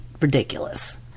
ridiculous